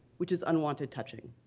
which is unwanted touching.